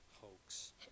hoax